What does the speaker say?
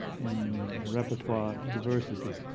in repertoire diversity.